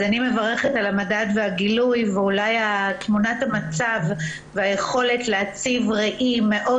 אז אני מברכת על המדד והגילוי ואולי תמונת המצב והיכולת להציב ראי מאוד